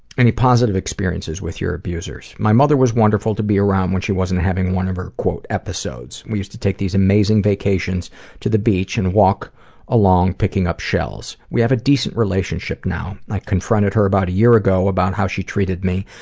any positive experiences with your abusers? my mother was wonderful to be around when she wasn't having one of her episodes. we used to take these amazing vacations to the beach and then walk along picking up shells. we have a decent relationship now i confronted her about a year ago about how she treated me,